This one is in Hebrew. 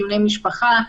דיוני משפחה,